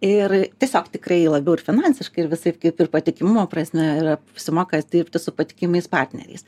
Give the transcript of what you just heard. ir tiesiog tikrai labiau ir finansiškai ir visaip kaip ir patikimumo prasme ir apsimoka dirbti su patikimais partneriais